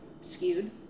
skewed